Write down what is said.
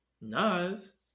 Nas